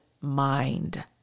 mind